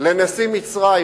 לנשיא מצרים,